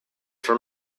for